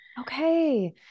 Okay